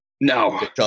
No